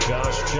Josh